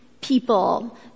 people